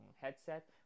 headset